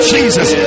Jesus